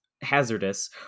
hazardous